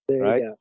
right